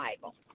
bible